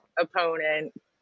opponent